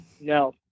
No